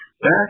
Back